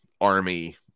army